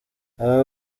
aba